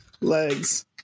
Legs